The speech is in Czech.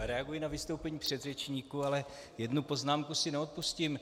Reaguji na vystoupení předřečníků, ale jednu poznámku si neodpustím.